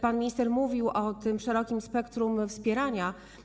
Pan minister mówił o tym szerokim spektrum wspierania.